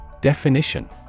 Definition